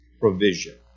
provision